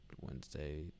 Wednesday